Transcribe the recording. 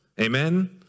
Amen